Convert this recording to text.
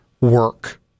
work